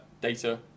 data